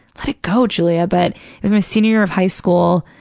let it go, giulia, but it my senior year of high school,